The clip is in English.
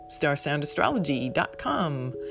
StarsoundAstrology.com